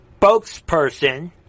spokesperson